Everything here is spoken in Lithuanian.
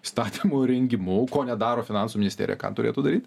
įstatymų rengimu ko nedaro finansų ministerija ką turėtų daryt